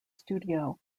studio